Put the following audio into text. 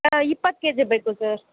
ಹಾಂ ಇಪ್ಪತ್ತು ಕೆಜಿ ಬೇಕು ಸರ್